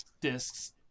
discs